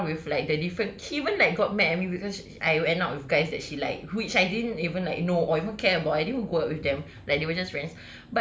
go around with like the different he even like got mad at me because I went out with guys that she liked which I didn't even like know or even care about I didn't go out with them like they were just friends